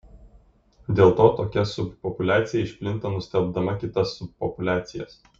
dėl to tokia subpopuliacija išplinta nustelbdama kitas subpopuliacijas